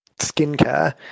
skincare